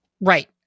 Right